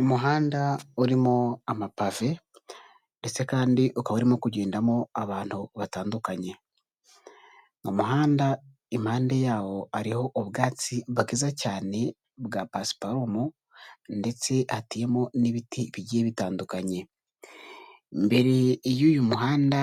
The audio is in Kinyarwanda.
Umuhanda urimo amapave, ndetse kandi ukaba urimo kugendamo abantu batandukanye. Ni umihanda impande yawo hariho ubwatsi bwiza cyane bwa pasiparumo, ndetse hateyemo n'ibiti bigiye bitandukanye. Imbere yuyu muhanda